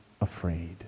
afraid